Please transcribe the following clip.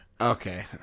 Okay